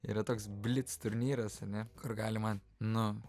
yra toks blic turnyras ar ne kur galima nu